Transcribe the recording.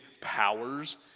powers